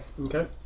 Okay